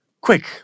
Quick